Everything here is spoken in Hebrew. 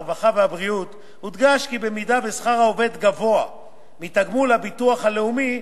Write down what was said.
הרווחה והבריאות הודגש כי אם שכר העובד גבוה מתגמול הביטוח הלאומי,